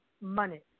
money